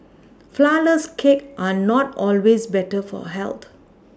flourless cakes are not always better for health